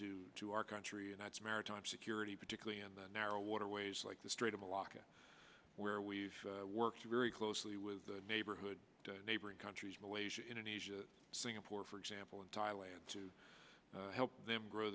to to our country and that's maritime security particularly in the narrow waterways like the strait of malacca where we've worked very closely with the neighborhood neighboring countries malaysia indonesia singapore for example in thailand to help them grow